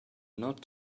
not